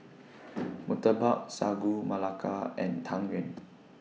Murtabak Sagu Melaka and Tang Yuen